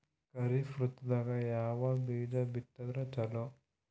ಖರೀಫ್ ಋತದಾಗ ಯಾವ ಬೀಜ ಬಿತ್ತದರ ಚಲೋ?